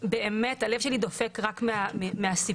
באמת הלב שלי דופק רק מהסיפור.